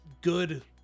good